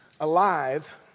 alive